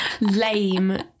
lame